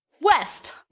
West